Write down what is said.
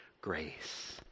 grace